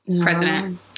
president